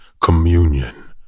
communion